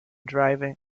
driving